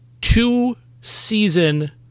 two-season